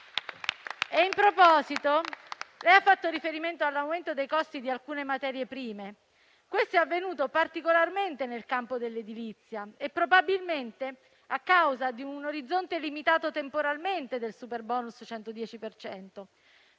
In proposito, lei ha fatto riferimento all'aumento dei costi di alcune materie prime. Ciò è avvenuto particolarmente nel campo dell'edilizia e probabilmente a causa di un orizzonte limitato temporalmente del *super bonus* 110